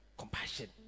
compassion